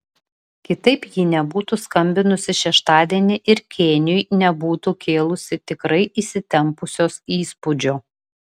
kitaip ji nebūtų skambinusi šeštadienį ir kėniui nebūtų kėlusi tikrai įsitempusios įspūdžio